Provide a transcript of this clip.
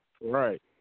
Right